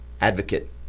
advocate